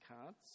cards